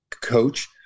coach